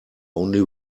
only